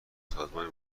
سازمانی